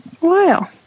Wow